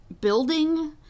building